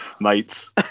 mates